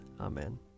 Amen